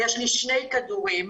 יש לי שני כדורים,